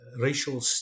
Racial